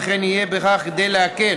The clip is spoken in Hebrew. וכן יהיה בכך כדי להקל